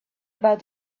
about